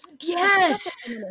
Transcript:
Yes